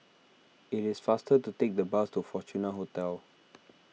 it is faster to take the bus to Fortuna Hotel